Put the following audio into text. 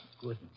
Good